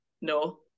no